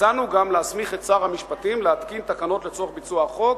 הצענו גם להסמיך את שר המשפטים להתקין תקנות לצורך ביצוע החוק,